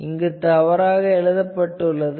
இங்கே தவறாக எழுதி உள்ளது